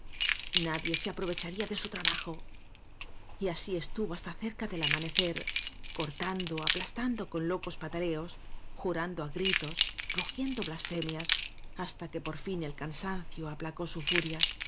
nadie se aprovecharía de su trabajo y así i estuvo hasta cerca del amanecer cortando aplastando con locos pataleos jurando á grik tos rugiendo blasfemias hasta que por fin el cansancio aplacó su furia